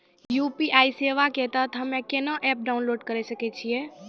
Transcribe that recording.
UPI सेवा के तहत हम्मे केना एप्प डाउनलोड करे सकय छियै?